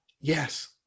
yes